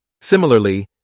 Similarly